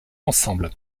ensemble